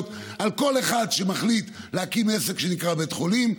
על כל אחד שמחליט להקים עסק שנקרא בית חולים.